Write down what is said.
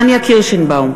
חברת הכנסת קירשנבאום,